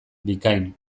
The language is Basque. bikain